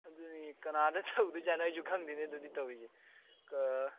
ꯑꯗꯨꯅꯤ ꯀꯅꯥꯗ ꯇꯧꯗꯣꯏ ꯖꯥꯠꯅꯣ ꯑꯩꯁꯨ ꯈꯪꯗꯦꯅꯦ ꯑꯗꯨꯗꯤ ꯇꯧꯔꯤꯁꯦ